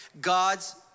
God's